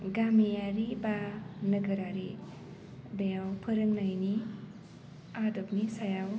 गामियारि बा नोगोरारि बेयाव फोरोंनायनि आदबनि सायाव